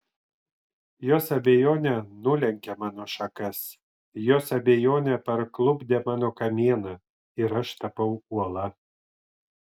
jos abejonė nulenkė mano šakas jos abejonė parklupdė mano kamieną ir aš tapau uola